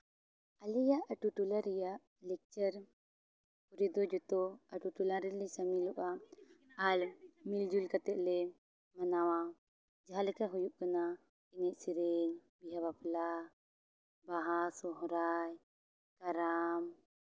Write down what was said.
ᱟᱞᱮᱭᱟᱜ ᱟᱛᱳᱼᱴᱚᱞᱟ ᱨᱮᱭᱟᱜ ᱞᱮᱠᱪᱟᱨ ᱨᱮᱫᱚ ᱡᱚᱛᱚ ᱟᱹᱛᱳᱼᱴᱚᱞᱟ ᱨᱮᱞᱮ ᱥᱟᱹᱢᱤᱞᱚᱜᱼᱟ ᱟᱨ ᱢᱤᱞᱼᱡᱩᱞ ᱠᱟᱛᱮ ᱞᱮ ᱢᱟᱱᱟᱣᱟ ᱡᱟᱦᱟᱸᱞᱮᱠᱟ ᱦᱩᱭᱩᱜ ᱠᱟᱱᱟ ᱮᱱᱮᱡ ᱥᱮᱨᱮᱧ ᱵᱤᱦᱟᱹᱼᱵᱟᱯᱞᱟ ᱵᱟᱦᱟ ᱥᱚᱦᱨᱟᱭ ᱠᱟᱨᱟᱢ